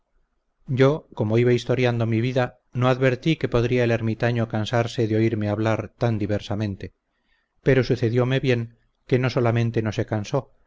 yo como iba historiando mi vida no advertí que podría el ermitaño cansarse de oírme hablar tan diversamente pero sucedióme bien que no solamente no se cansó